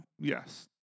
Yes